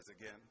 again